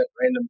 random